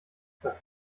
was